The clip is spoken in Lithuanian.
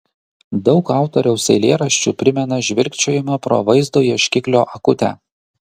daug autoriaus eilėraščių primena žvilgčiojimą pro vaizdo ieškiklio akutę